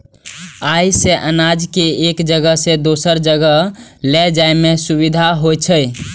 अय सं अनाज कें एक जगह सं दोसर जगह लए जाइ में सुविधा होइ छै